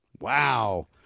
Wow